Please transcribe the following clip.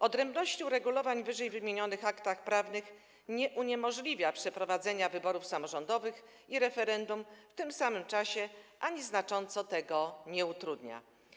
Odrębność uregulowań w ww. aktach prawnych nie uniemożliwia przeprowadzenia wyborów samorządowych i referendum w tym samym czasie ani znacząco tego nie utrudnia.